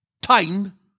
time